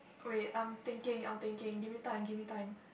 wait I'm thinking I'm thinking give me time give me time